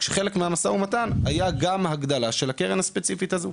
וחלק מהמשא ומתן היה גם הגדלה של הקרן הספציפית הזאת.